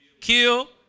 kill